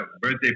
birthday